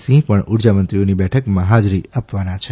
સિંહ પણ ઉર્જામંત્રીઓની બેઠકમાં હાજરી આપવાના છે